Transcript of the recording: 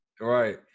Right